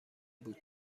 بود